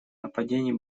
нападений